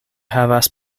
havas